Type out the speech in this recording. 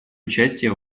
участие